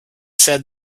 said